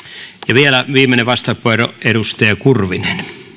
vielä viimeinen vastauspuheenvuoro edustaja kurvinen